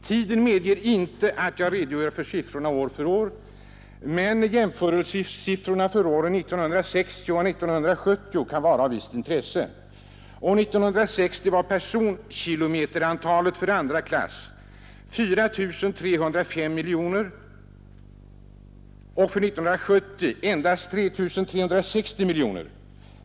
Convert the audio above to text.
Tiden medger inte att jag redogör för siffrorna år för år, men jämförelsesiffrorna för åren 1960 och 970 kan vara av visst intresse. År 1960 var personkilometerantalet för andra klass 4 305 miljoner och för 1970 endast 3 360 miljoner.